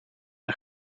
een